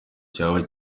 cyaba